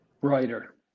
writer